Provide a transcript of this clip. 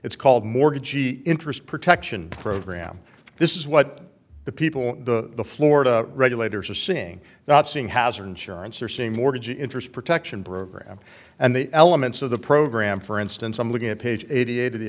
it's called mortgage interest protection program this is what the people the florida regulators are seeing not seeing house or insurance or seeing mortgage interest protection program and the elements of the program for instance i'm looking at page eighty eight of the